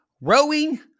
rowing